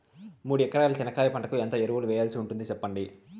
మూడు ఎకరాల చెనక్కాయ పంటకు ఎంత ఎరువులు వేయాల్సి ఉంటుంది సెప్పండి?